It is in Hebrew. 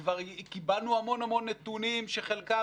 כבר קיבלנו המון נתונים שחלקם